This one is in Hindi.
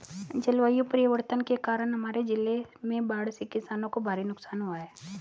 जलवायु परिवर्तन के कारण हमारे जिले में बाढ़ से किसानों को भारी नुकसान हुआ है